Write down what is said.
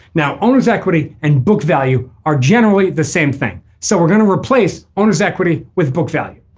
now owners equity and book value are generally the same thing. so we're going to replace owners equity with book value.